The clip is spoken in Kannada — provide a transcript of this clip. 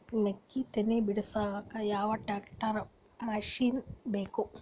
ಮೆಕ್ಕಿ ತನಿ ಬಿಡಸಕ್ ಯಾವ ಟ್ರ್ಯಾಕ್ಟರ್ ಮಶಿನ ಬೇಕು?